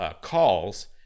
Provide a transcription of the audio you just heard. calls